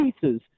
pieces